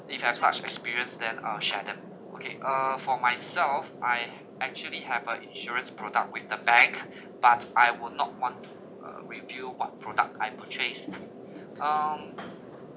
if I have such experience then uh share them okay uh for myself I actually have a insurance product with the bank but I will not want to uh reveal what product I purchased um